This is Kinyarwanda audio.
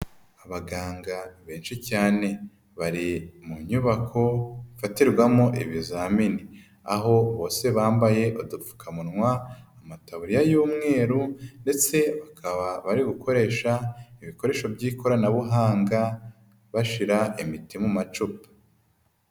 Abaganga benshi cyane bari mu nyubako ifatirwamo ibizamini aho bose bambaye udupfukamunwa, amataburiya y'umweru ndetse bakaba bari gukoresha ibikoresho by'ikoranabuhanga bashyira imiti mu macupa.